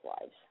lives